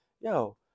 yo